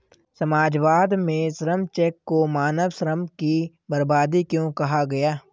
समाजवाद में श्रम चेक को मानव श्रम की बर्बादी क्यों कहा गया?